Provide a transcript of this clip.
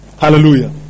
Hallelujah